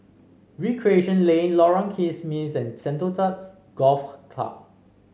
Recreation Lane Lorong Kismis and Sentosa Golf Club